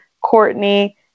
Courtney